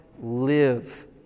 Live